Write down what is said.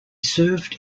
served